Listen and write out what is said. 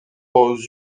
aux